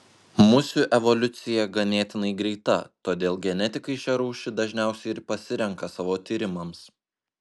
musių evoliucija ganėtinai greita todėl genetikai šią rūšį dažniausiai ir pasirenka savo tyrimams